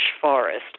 forest